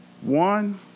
One